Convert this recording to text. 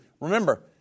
Remember